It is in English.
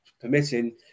permitting